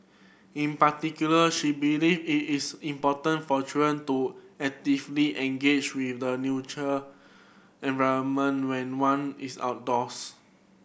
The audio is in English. in particular she believe it is important for children to actively engage with the neutual environment when one is outdoors